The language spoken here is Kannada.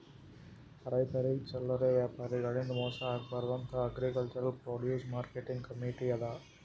ರೈತರಿಗ್ ಚಲ್ಲರೆ ವ್ಯಾಪಾರಿಗಳಿಂದ್ ಮೋಸ ಆಗ್ಬಾರ್ದ್ ಅಂತಾ ಅಗ್ರಿಕಲ್ಚರ್ ಪ್ರೊಡ್ಯೂಸ್ ಮಾರ್ಕೆಟಿಂಗ್ ಕಮೀಟಿ ಅದಾ